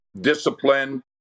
discipline